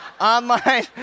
online